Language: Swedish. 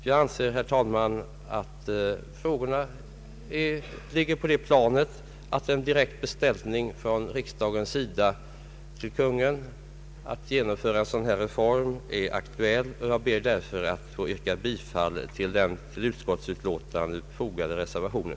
Jag anser, herr talman, att frågorna är av den beskaffenheten att en direkt beställning från riksdagen till Kungl. Maj:t att genomföra en reform är aktuell. Jag ber därför att få yrka bifall till den vid utskottsutlåtandet fogade reservationen.